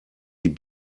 die